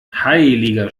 heiliger